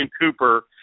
Cooper